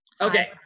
Okay